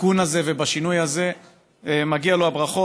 בתיקון הזה ובשינוי הזה מגיעות לו הברכות.